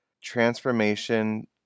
transformation